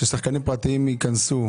ששחקנים פרטיים ייכנסו,